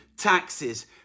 taxes